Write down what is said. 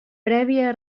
prèvia